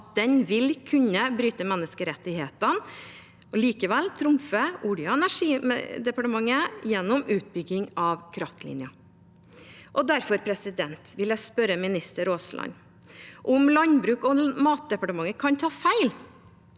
ville kunne bryte menneskerettighetene. Likevel trumfer Olje- og energidepartementet igjennom utbyggingen av kraftledningen. Derfor vil jeg spørre minister Aasland om Landbruks- og matdepartementet kan ta feil.